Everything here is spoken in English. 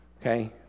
Okay